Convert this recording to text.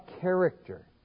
character